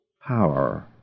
power